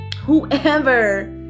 whoever